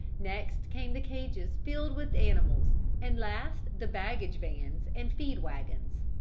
next came the cages filled with animals and last the baggage vans and feed wagons.